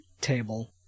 table